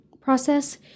process